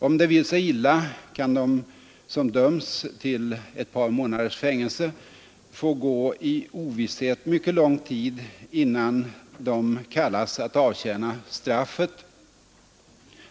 Om det vill sig illa kan de som döms till ett par månaders fängelse få gå i ovisshet mycket lång tid innan de kallas att avtjäna straffet.